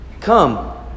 Come